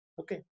Okay